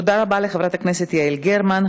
תודה רבה לחברת הכנסת יעל גרמן.